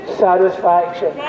satisfaction